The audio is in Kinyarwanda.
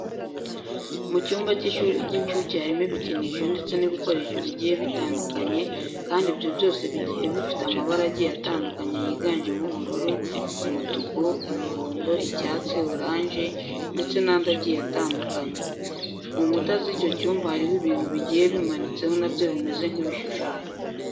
Mu cyumba cy'ishuri ry'inshuke harimo ibikinisho ndetse n'ibikoresho bigiye bitandukanye kandi ibyo byose bigiye bifite amabara agiye atandukanye yiganjemo ubururu, umutuku, umuhondo, icyatsi, oranje ndetse n'andi agiye atandukanye. Ku nkuta z'icyo cyumba hariho ibintu bigiye bimanitseho na byo bimeze nk'ibishushanyo.